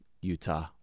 Utah